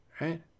right